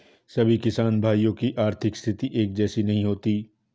सभी किसान भाइयों की आर्थिक स्थिति एक जैसी नहीं होती है